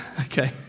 Okay